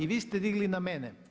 I vi ste digli na mene?